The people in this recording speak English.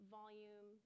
volume